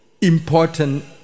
important